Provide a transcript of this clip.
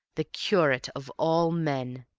the curate, of all men!